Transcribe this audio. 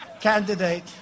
candidate